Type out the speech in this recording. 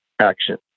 action